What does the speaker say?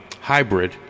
Hybrid